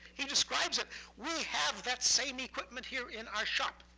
he describes it we have that same equipment here in our shop.